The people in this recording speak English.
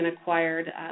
acquired